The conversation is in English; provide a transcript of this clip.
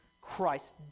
Christ